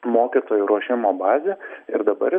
mokytojų ruošimo bazė ir dabar